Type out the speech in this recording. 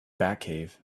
batcave